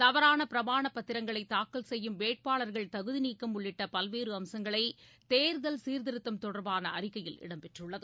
தவறான பிரமாணப் பத்திரங்களை தாக்கல் செய்யும் வேட்பாளர்கள் தகுதி நீக்கம் உள்ளிட்ட பல்வேறு அம்சங்களை தேர்தல் சீர்த்திருத்தம் தொடர்பாள அறிக்கையில் இடம்பெற்றுள்ளது